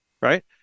right